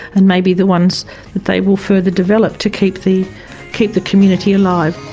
and maybe the ones that they will further develop to keep the keep the community alive.